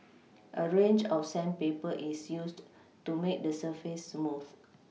a range of sandpaper is used to make the surface smooth